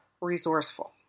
resourceful